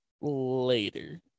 later